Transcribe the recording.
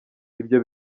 ibyo